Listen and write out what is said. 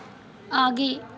आगे